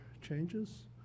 changes